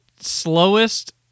slowest